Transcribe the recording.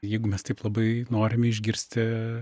jeigu mes taip labai norime išgirsti